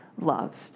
loved